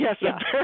Yes